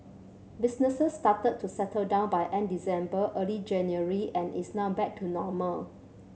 business started to settle down by end December early January and is now back to normal